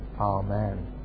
Amen